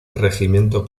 regimiento